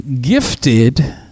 gifted